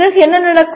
பிறகு என்ன நடக்கும்